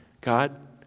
God